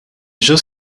ĵus